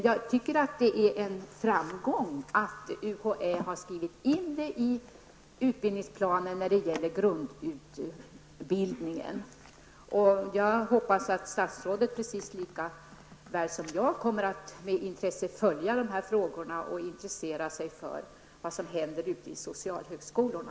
Jag tycker att det är en framgång att UHÄ har skrivit in detta i utbildningsplanen för grundutbildningen. Jag hoppas att statsrådet liksom jag kommer att följa dessa frågor med intresse och se vad som händer ute på socialhögskolorna.